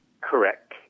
Correct